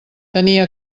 tenia